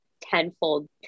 tenfold